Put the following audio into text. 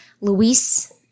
Luis